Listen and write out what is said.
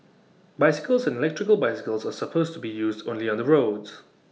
bicycles and electric bicycles are supposed to be used only on the roads